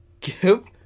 give